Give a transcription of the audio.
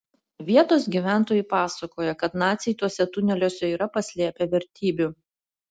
vietos gyventojai pasakoja kad naciai tuose tuneliuose yra paslėpę vertybių